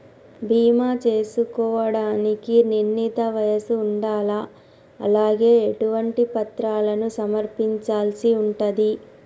బీమా చేసుకోవడానికి నిర్ణీత వయస్సు ఉండాలా? అలాగే ఎటువంటి పత్రాలను సమర్పించాల్సి ఉంటది?